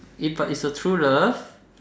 if but is a true love